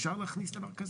אפשר להכניס דבר כזה?